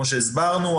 כמו שהסברנו.